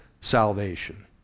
salvation